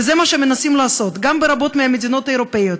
וזה מה שמנסים לעשות ברבות מהמדינות האירופיות,